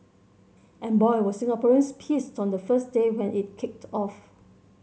and boy were Singaporeans pissed on the first day when it kicked off